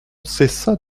cessât